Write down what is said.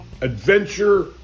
adventure